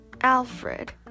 Alfred